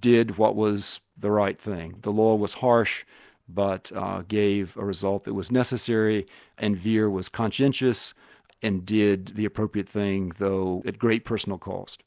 did what was the right thing. the law was harsh but gave a result that was necessary and vere was conscientious and did the appropriate thing, though at great personal cost.